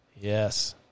Yes